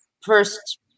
first